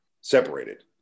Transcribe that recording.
separated